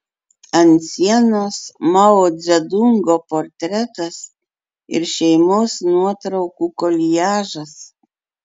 ant sienos mao dzedungo portretas ir šeimos nuotraukų koliažas